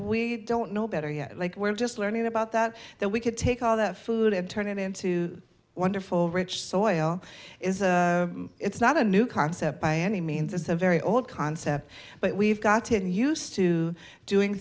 we don't know better yet like we're just learning about that that we could take all that food and turn it into wonderful rich soil is it's not a new concept by any means is a very old concept but we've gotten used to doing